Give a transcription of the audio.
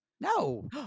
No